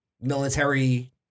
military